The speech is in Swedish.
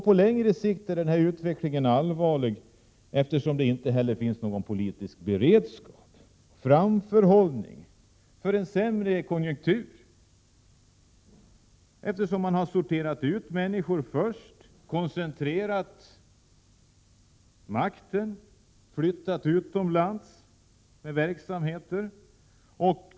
På längre sikt är utvecklingen allvarlig, eftersom det inte heller finns någon politisk beredskap och framförhållning för en sämre konjunktur. Man har ju sorterat ut människor, koncentrerat makten och flyttat verksamhet utom Prot. 1987/88:99 lands.